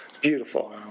beautiful